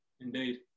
indeed